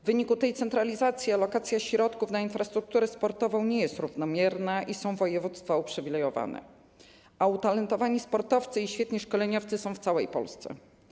W wyniku tej centralizacji alokacja środków na infrastrukturę sportową nie jest równomierna i są województwa uprzywilejowane, a utalentowani sportowcy i świetni szkoleniowcy są w całej Polsce.